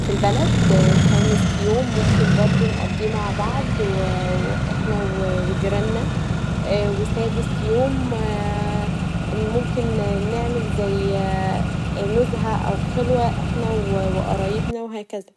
في البلد خامس يوم ممكن برضو نقضيه مع بعض احنا و جيرانا سادس يوم ممكن نعمل زي نزهه او خلوه احنا و قرايبنا وهكذا.